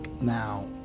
now